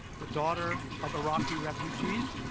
the daughter of iraqi refugees,